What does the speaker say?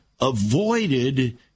avoided